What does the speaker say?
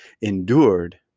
endured